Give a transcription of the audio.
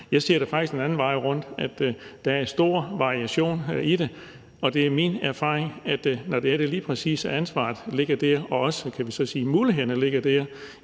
Jeg ser det faktisk den anden vej rundt, nemlig at der er stor variation i det, og det er min erfaring, at når ansvaret lige præcis ligger der – og også mulighederne ligger der,